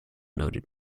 noted